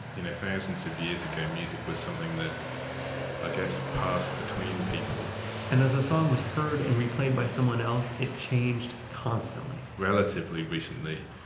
you know thousands of years ago music was something that i ah guess passed between people and as a song was heard and replayed by someone else, it changed constantly relatively recently,